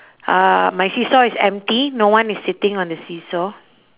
uh my seesaw is empty no one is sitting on the seesaw